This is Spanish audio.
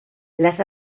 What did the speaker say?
las